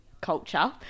culture